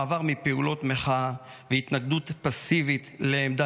מעבר מפעולות מחאה והתנגדות פסיבית לעמדה